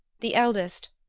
the eldest,